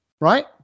right